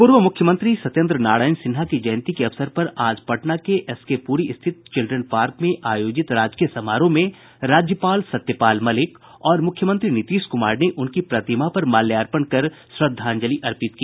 पूर्व मूख्यमंत्री सत्येन्द्र नारायण सिन्हा की जयंती के अवसर पर आज पटना के एसके प्ररी स्थित चिल्ड्रेन पार्क में आयोजित राजकीय समारोह में राज्यपाल सत्यपाल मलिक और मुख्यमंत्री नीतीश कुमार ने उनकी प्रतिमा पर माल्यार्पण कर श्रद्धांजलि अर्पित की